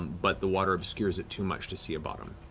but the water obscures it too much to see a bottom.